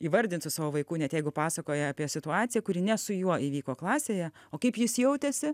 įvardint su savo vaiku net jeigu pasakoja apie situaciją kuri ne su juo įvyko klasėje o kaip jis jautėsi